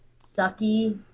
sucky